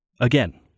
Again